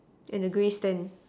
and a gray stand